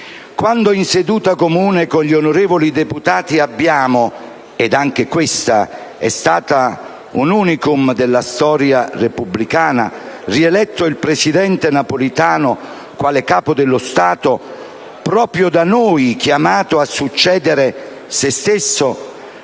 Quando in seduta comune con gli onorevoli deputati abbiamo - ed anche questo è stato un *unicum* della storia repubblicana - rieletto il presidente Napolitano quale Capo dello Stato, proprio da noi chiamato a succedere a se stesso